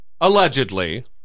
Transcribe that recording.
allegedly